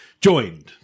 joined